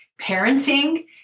parenting